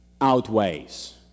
outweighs